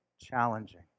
challenging